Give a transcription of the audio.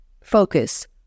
focus